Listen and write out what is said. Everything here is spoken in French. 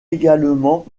également